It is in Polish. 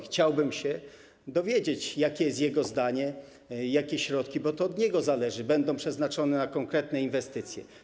Chciałbym się dowiedzieć, jakie jest jego zdanie i jakie środki, bo to od niego zależy, będą przeznaczone na konkretne inwestycje.